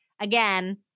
Again